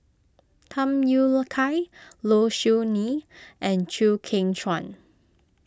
Tham Yui Kai Low Siew Nghee and Chew Kheng Chuan